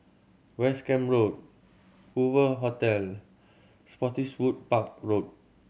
West Camp Road Hoover Hotel Spottiswoode Park Road